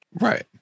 Right